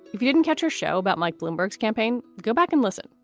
if you didn't catch her show about mike bloomberg's campaign, go back and listen.